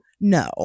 No